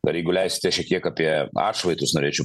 dar jeigu leisite šiek tiek apie atšvaitus norėčiau